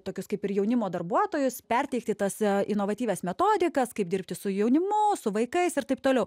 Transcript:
tokius kaip ir jaunimo darbuotojus perteikti tas inovatyvias metodikas kaip dirbti su jaunimu su vaikais ir taip toliau